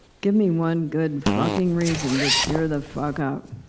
give me one good fucking reason to cheer the fuck up.